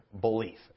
belief